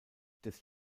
des